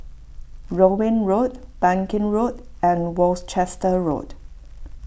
Rowell Road Bangkit Road and Worcester Road